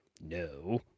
No